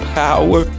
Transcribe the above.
power